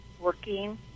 working